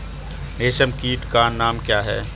रेशम कीट का नाम क्या है?